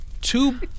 Two